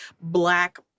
black